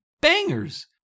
bangers